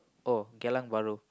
oh Geylang-Bahru